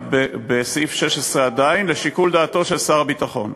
עדיין בסעיף 16, לשיקול דעתו של שר הביטחון.